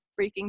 freaking